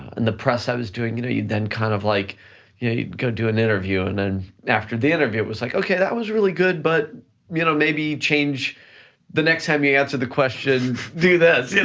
and the press i was doing, you know then kind of like you'd go do an interview, and then after the interview, it was like, okay, that was really good, but you know maybe change the next time you answered the question, do this. yeah